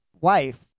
wife